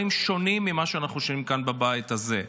שונים ממה שאנחנו שומעים כאן בבית הזה.